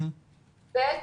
ב.